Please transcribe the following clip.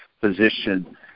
position